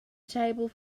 table